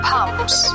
Pumps